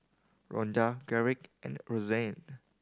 Ronda Garrick and Rozanne